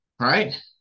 right